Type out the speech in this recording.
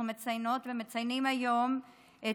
אנחנו מציינות ומציינים היום בכנסת את